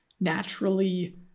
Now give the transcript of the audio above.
naturally